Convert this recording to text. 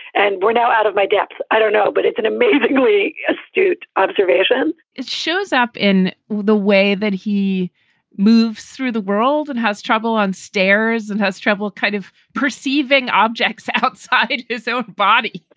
and we're now out of my depth. i don't know, but it's an amazingly astute observation it shows up in the way that he moves through the world and has trouble on stairs and has trouble kind of perceiving objects outside his own body,